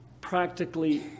practically